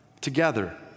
together